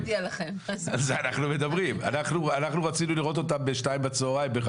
אנחנו רצינו לראות אותם ב-14:00 בצהריים,